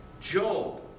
Job